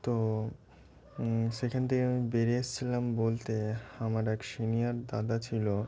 তো সেখান থেকে আমি বেরিয়ে এসেছিলাম বলতে আমার এক সিনিয়র দাদা ছিল